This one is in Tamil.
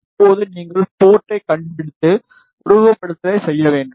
இப்போது நீங்கள் போர்ட்டை கண்டுபிடித்து உருவகப்படுத்துதலை செய்ய வேண்டும்